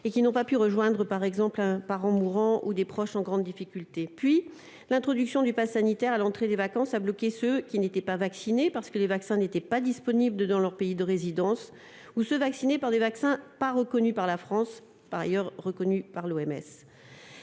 et qui n'ont pas pu rejoindre, par exemple, un parent mourant ou des proches en grande difficulté. Puis, l'introduction du passe sanitaire au début des vacances a bloqué ceux qui n'étaient pas vaccinés, parce que les vaccins n'étaient pas disponibles dans leur pays de résidence, ou ceux qui avaient reçu un vaccin non reconnu par la France, même s'il était par ailleurs reconnu par